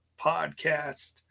Podcast